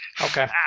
Okay